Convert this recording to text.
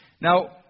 Now